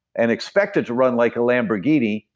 and expect it to run like a lamborghini,